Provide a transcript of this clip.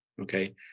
okay